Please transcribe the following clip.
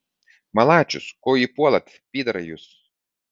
malačius ko jį puolat pyderai jūs